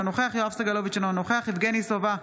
אינו נוכח יואב סגלוביץ' אינו נוכח יבגני סובה,